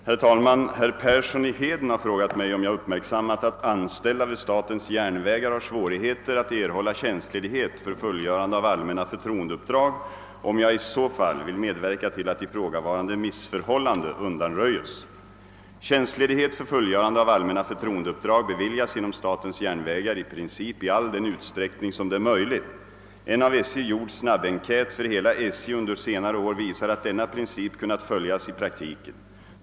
Herr talman! Herr Persson i Heden har frågat mig om jag uppmärksammat att anställda vid statens järnvägar har svårigheter att erhålla tjänstledighet för fullgörande av allmänna förtroendeuppdrag och om jag i så fall vill medverka till att ifrågavarande missförhållande undanröjes. Tjänstledighet för fullgörande av allmänna förtroendeuppdrag beviljas inom statens järnvägar i princip i all den utsträckning som det är möjligt. En av SJ gjord snabbenkät för hela SJ under senare år visar att denna princip kunnat följas i praktiken.